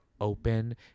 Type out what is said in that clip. open